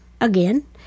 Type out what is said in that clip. again